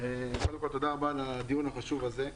תודה רבה על הדיון החשוב הזה.